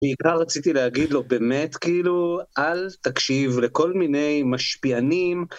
בעיקר רציתי להגיד לו באמת, כאילו? אל תקשיב לכל מיני משפיענים.